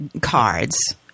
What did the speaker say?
cards